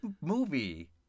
movie